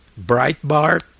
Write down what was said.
Breitbart